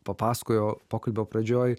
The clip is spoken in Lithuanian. papasakojo pokalbio pradžioje